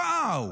וואו.